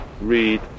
read